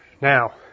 Now